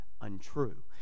untrue